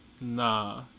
nah